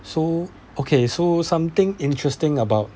so okay so something interesting about